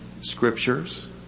scriptures